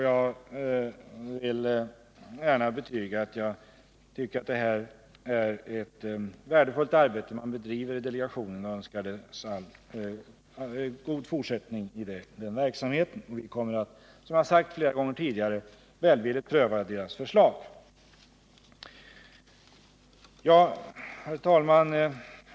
Jag vill gärna betyga att jag tycker att det också är ett värdefullt arbete som utförs i delegationen, och jag önskar den god fortsättning i den verksamheten. Vi kommer, som jag har sagt flera gånger tidigare, att välvilligt pröva delegationens förslag. Herr talman!